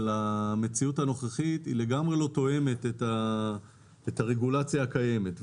המציאות הנוכחית לגמרי לא תואמת את הרגולציה הקיימת.